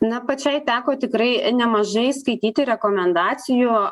na pačiai teko tikrai nemažai skaityti rekomendacijų